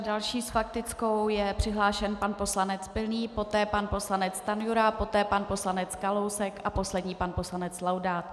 Další s faktickou je přihlášen pan poslanec Pilný, poté pan poslanec Stanjura, poté pan poslanec Kalousek a poslední pan poslanec Laudát.